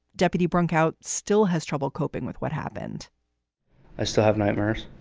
deputy brunk out still has trouble coping with what happened i still have nightmares.